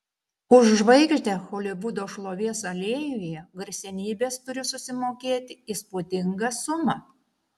už žvaigždę holivudo šlovės alėjoje garsenybės turi susimokėti įspūdingą sumą